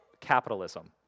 capitalism